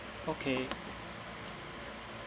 okay